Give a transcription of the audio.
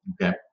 Okay